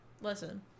Listen